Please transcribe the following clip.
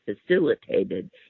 facilitated